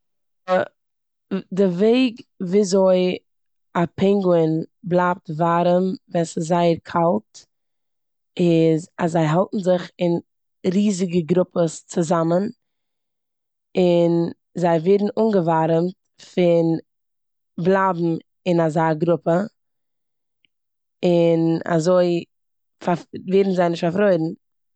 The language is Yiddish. די וועג וויאזוי א פענגווין בלייבט ווארעם ווען ס'זייער קאלט איז אז זיי האלטן זיך אין ריזיגע גרופעס צוזאמען און זיי ווערן אנגעווארעמט פון בלייבן און אזא גרופע און אזוי ווערן זיי נישט פארפרוירן.